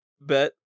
bet